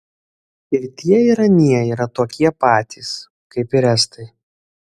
ir tie ir anie yra tokie patys kaip ir estai